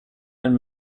and